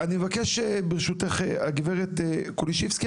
הגברת קולישבסקי,